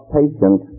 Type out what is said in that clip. patient